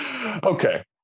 Okay